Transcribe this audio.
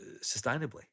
sustainably